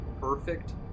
perfect